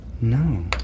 No